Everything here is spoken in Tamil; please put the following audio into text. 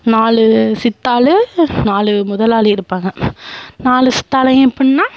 நாலு சித்தாளு நாலு முதலாளி இருப்பாங்க நாலு சித்தாளையும் எப்புடினா